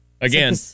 Again